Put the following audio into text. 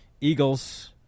Eagles